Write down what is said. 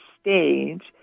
stage